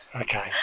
Okay